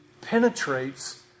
penetrates